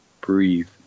breathe